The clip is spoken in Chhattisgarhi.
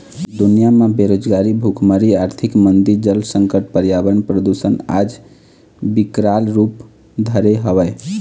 दुनिया म बेरोजगारी, भुखमरी, आरथिक मंदी, जल संकट, परयावरन परदूसन आज बिकराल रुप धरे हवय